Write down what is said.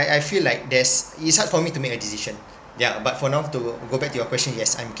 I I feel like there's it's hard for me to make a decision ya but for now to go back to your question yes I'm